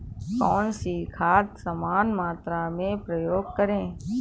कौन सी खाद समान मात्रा में प्रयोग करें?